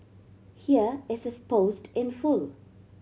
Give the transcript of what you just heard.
here is his post in full